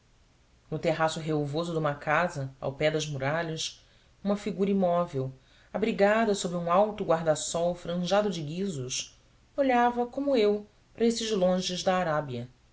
no terraço relvoso de uma casa ao pé das muralhas uma figura imóvel abrigada sob um alto guarda-sol franjado de guizos olhava como eu para esses longes da arábia